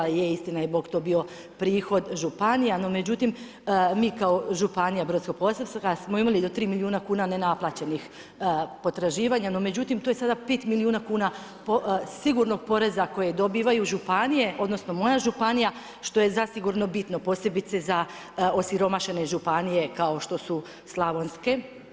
Je istina i bog to bio prihod županija, no međutim, mi kao županija Brodsko posavska, smo imali do 3 milijuna kuna, nenaplaćenih potraživanja, no međutim, to je sada 5 milijuna kuna, sigurno poreza kojeg dobivaju županije, odnosno, moja županija, što je zasigurno bitno, posebice, za osiromašene županije, kao što su slavonske.